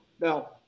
Now